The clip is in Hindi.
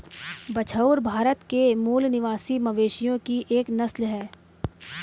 बछौर भारत के मूल निवासी मवेशियों की एक नस्ल है